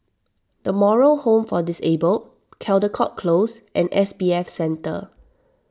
the Moral Home for Disabled Caldecott Close and S B F Center